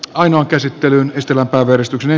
ainoa käsittelyyn ystävä lopetettava